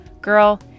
Girl